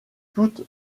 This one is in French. toutes